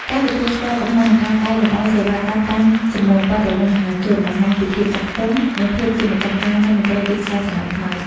ការទទួលស្គាល់កំហុស និងការកែលម្អសេវាកម្មតាមសំណូមពររបស់មហាជន បង្ហាញពីភាពចាស់ទុំ និងភាពជាម្ចាស់ការនៃមន្ត្រីរាជការសម័យថ្មី។